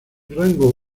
rango